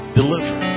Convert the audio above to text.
deliver